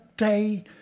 Day